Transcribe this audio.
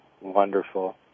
wonderful